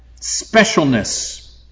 specialness